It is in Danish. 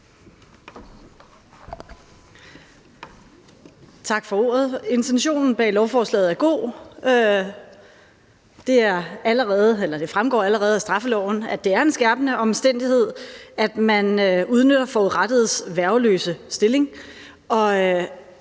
Intentionen bag beslutningsforslaget er god. Det fremgår allerede af straffeloven, at det er en skærpende omstændighed, at man udnytter forurettedes værgeløse stilling,